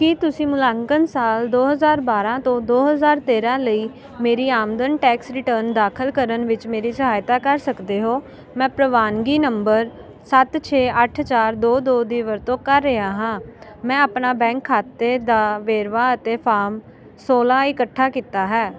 ਕੀ ਤੁਸੀਂ ਮੁਲਾਂਕਣ ਸਾਲ ਦੋ ਹਜ਼ਾਰ ਬਾਰਾਂ ਤੋਂ ਦੋ ਹਜ਼ਾਰ ਤੇਰਾਂ ਲਈ ਮੇਰੀ ਆਮਦਨ ਟੈਕਸ ਰਿਟਰਨ ਦਾਖਲ ਕਰਨ ਵਿੱਚ ਮੇਰੀ ਸਹਾਇਤਾ ਕਰ ਸਕਦੇ ਹੋ ਮੈਂ ਪ੍ਰਵਾਨਗੀ ਨੰਬਰ ਸੱਤ ਛੇ ਅੱਠ ਚਾਰ ਦੋ ਦੋ ਦੀ ਵਰਤੋਂ ਕਰ ਰਿਹਾ ਹਾਂ ਮੈਂ ਆਪਣਾ ਬੈਂਕ ਖਾਤੇ ਦਾ ਵੇਰਵਾ ਅਤੇ ਫਾਰਮ ਸੌਲਾਂ ਇਕੱਠਾ ਕੀਤਾ ਹੈ